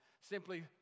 simply